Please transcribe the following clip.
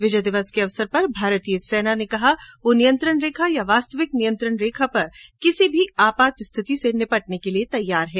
विजय दिवस के अवसर पर भारतीय सेना ने कहा है कि वह नियंत्रण रेखा या वास्तविक नियंत्रण रेखा पर किसी भी आपात स्थिति से निपटने के लिए तैयार है